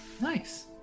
Nice